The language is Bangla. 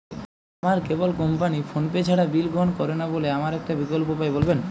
আমার কেবল কোম্পানী ফোনপে ছাড়া বিল গ্রহণ করে না বলে আমার একটা বিকল্প উপায় বলবেন?